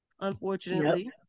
unfortunately